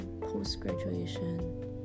post-graduation